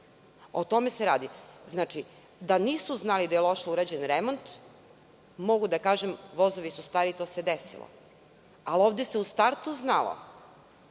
O tome se radi. Znači, da nisu znali da je loše urađen remont, mogu da kažem vozili su, to se desilo. Ali ovde se u startu znalo.